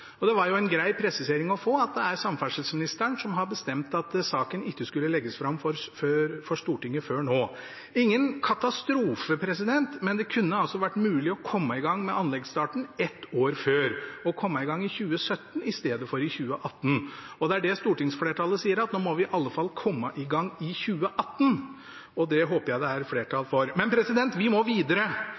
skulle legges fram for Stortinget før nå. Det er ingen katastrofe, men det kunne vært mulig å komme i gang med anleggsstarten ett år før, i 2017 i stedet for i 2018. Det er det stortingsflertallet sier: Nå må vi i alle fall komme i gang i 2018. Det håper jeg det er flertall for. Men vi må videre,